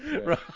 Right